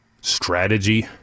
strategy